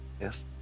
Yes